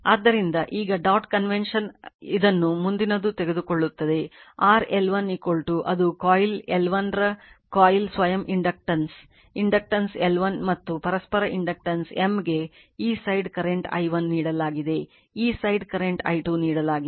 ಆದ್ದರಿಂದ ಈಗ dot convention ಇದನ್ನು ಮುಂದಿನದು ತೆಗೆದುಕೊಳ್ಳುತ್ತದೆ r L1 ಅದು ಕಾಯಿಲ್ L1 ನ ಕಾಯಿಲ್ ಸ್ವಯಂ ಇಂಡಕ್ಟನ್ಸ್ ಇಂಡಕ್ಟನ್ಸ್ L1 ಮತ್ತು ಪರಸ್ಪರ ಇಂಡಕ್ಟನ್ಸ್ M ಗೆ ಈ ಸೈಡ್ ಕರೆಂಟ್ i1 ನೀಡಲಾಗಿದೆ ಈ ಸೈಡ್ ಕರೆಂಟ್ i2 ನೀಡಲಾಗಿದೆ